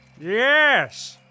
Yes